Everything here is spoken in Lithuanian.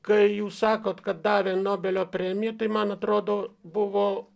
kai jūs sakot kad davė nobelio premija tai man atrodo buvo